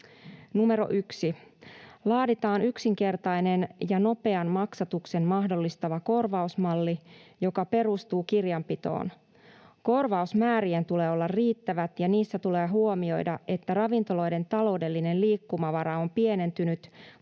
lausumaa: 1) Laaditaan yksinkertainen ja nopean maksatuksen mahdollistava korvausmalli, joka perustuu kirjanpitoon. Korvausmäärien tulee olla riittävät, ja niissä tulee huomioida, että ravintoloiden taloudellinen liikkumavara on pienentynyt,